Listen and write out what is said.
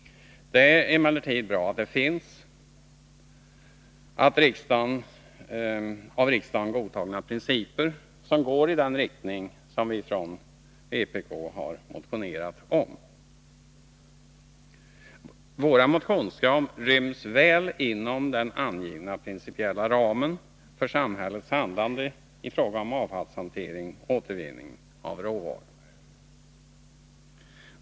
Det är emellertid bra att det ändå finns av riksdagen godtagna principer som går i den riktning vi har motionerat om. Våra motionskrav ryms väl inom den angivna principiella ramen för samhällets handlande i fråga om avfallshantering och återvinning av råvaror.